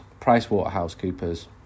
PricewaterhouseCoopers